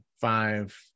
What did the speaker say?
five